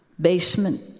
basement